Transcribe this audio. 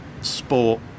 sport